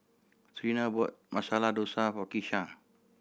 Treena bought Masala Dosa for Kisha